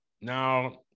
now